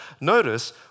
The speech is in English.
Notice